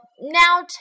now